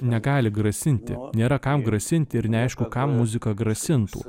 negali grasinti nėra kam grasinti ir neaišku kam muziką grasinti